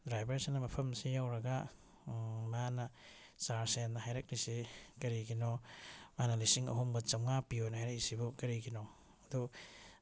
ꯗ꯭ꯔꯥꯏꯚꯔꯁꯤꯅ ꯃꯐꯝꯁꯤ ꯌꯧꯔꯒ ꯃꯥꯅ ꯆꯥꯔꯖ ꯍꯦꯟꯅ ꯍꯥꯏꯔꯛꯂꯤꯁꯤ ꯀꯔꯤꯒꯤꯅꯣ ꯃꯥꯅ ꯂꯤꯁꯤꯡ ꯑꯍꯨꯝꯒ ꯆꯝꯃꯉꯥ ꯄꯤꯌꯣꯅ ꯍꯥꯏꯔꯛꯏꯁꯤꯕꯨ ꯀꯔꯤꯒꯤꯅꯣ ꯑꯗꯨ